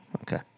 Okay